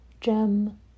gem